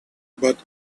but